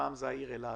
פעם זה העיר אילת,